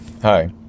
Hi